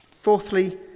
fourthly